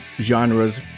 genres